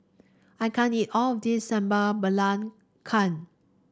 I can't eat all of this Sambal Belacan